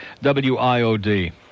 WIOD